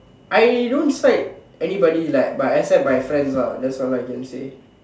I don't slide anybody like but except my friends lah that's all I can say